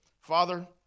father